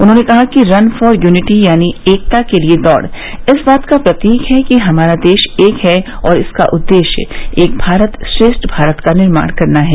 उन्होंने कहा कि रन फॉर यूनिटी यानी एकता के लिए दौड़ इस बात का प्रतीक है कि हमारा देश एक है और इसका उद्देश्य एक भारत श्रेष्ठ भारत का निर्माण करना है